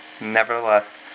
nevertheless